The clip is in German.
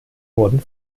wurden